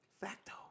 Facto